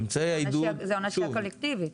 זה הענשה קולקטיבית.